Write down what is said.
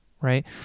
right